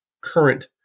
current